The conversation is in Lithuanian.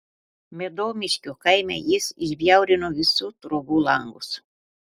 medomiškių kaime jis išbjaurino visų trobų langus